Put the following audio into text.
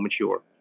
mature